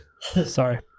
Sorry